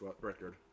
record